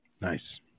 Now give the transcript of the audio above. Nice